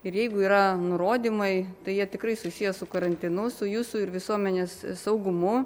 ir jeigu yra nurodymai tai jie tikrai susiję su karantinu su jūsų ir visuomenės saugumu